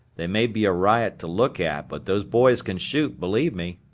they may be a riot to look at, but those boys can shoot, believe me.